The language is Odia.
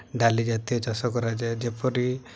ଡାଲି ଜାତୀୟ ଚାଷ କରାଯାଏ ଯେପରି